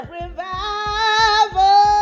Revival